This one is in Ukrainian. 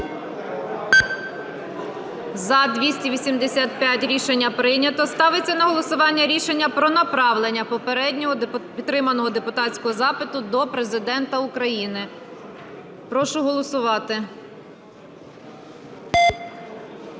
За-285 Рішення прийнято. Ставиться на голосування рішення про направлення попередньо підтриманого депутатського запиту до Президента України. Прошу голосувати.